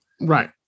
right